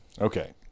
Okay